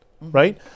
right